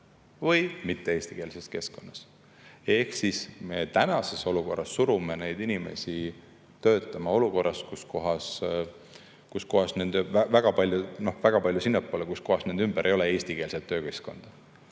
või mitte-eestikeelses keskkonnas. Ehk me tänases olukorras surume neid inimesi töötama olukorda, surume neid väga palju sinna, kus nende ümber ei ole eestikeelset töökeskkonda.